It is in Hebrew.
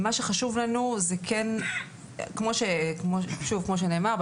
כמו שנאמר,